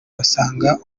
basanga